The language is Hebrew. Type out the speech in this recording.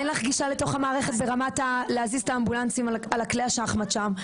אין לך גישה לתוך המערכת ברמת להזיז את האמבולנסים על כלי השחמט שם,